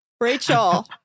Rachel